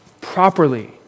properly